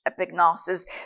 epignosis